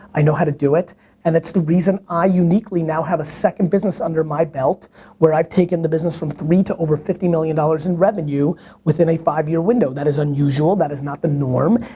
i know how to do it and it's the reason that i know uniquely now have a second business under my belt where i have taken the business from three to over fifty million dollars in revenue within a five year window. that is unusual, that is not the norm,